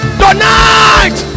tonight